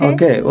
Okay